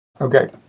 Okay